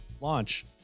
Launch